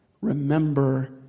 remember